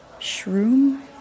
Shroom